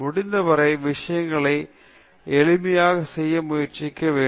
முடிந்தவரை விஷயங்களை எளிமையாக செய்ய முயற்சிக்க வேண்டும்